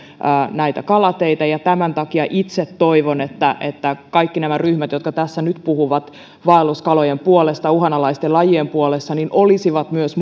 kalateitä tämän takia itse toivon että että kaikki nämä ryhmät jotka tässä nyt puhuvat vaelluskalojen puolesta uhanalaisten lajien puolesta olisivat myös